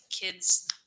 Kids